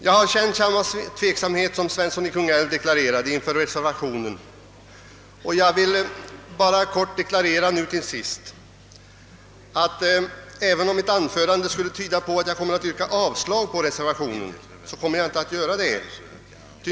Jag har känt samma tveksamhet som herr Svensson i Kungälv inför reservationen, men jag vill till sist endast deklarera att även om mitt anförande skulle tyda på att jag ville yrka avslag på reservationen, kommer jag inte att göra det.